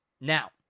now